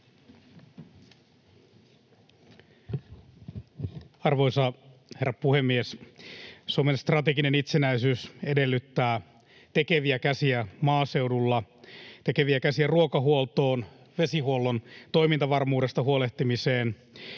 Arvoisa herra puhemies! Suomen strateginen itsenäisyys edellyttää tekeviä käsiä maaseudulla, tekeviä käsiä ruokahuoltoon, vesihuollon toimintavarmuudesta huolehtimiseen,